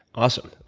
awesome.